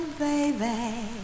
baby